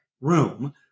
room